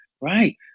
right